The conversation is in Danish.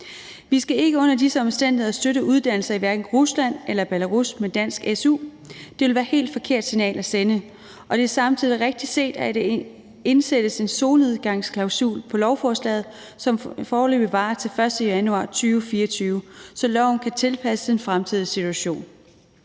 Vi skal ikke under disse omstændigheder støtte uddannelser i hverken Rusland eller Belarus med en dansk su. Det ville være et helt forkert signal at sende, og det er samtidig rigtigt set, at der indsættes en solnedgangsklausul på lovforslaget, som foreløbig varer til den 1. januar 2024, så loven kan tilpasses den fremtidige situation.